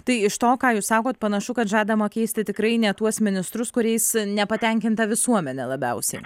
tai iš to ką jūs sakot panašu kad žadama keisti tikrai ne tuos ministrus kuriais nepatenkinta visuomenė labiausiai